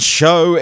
show